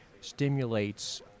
stimulates